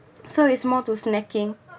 so it's more to snacking